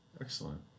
Excellent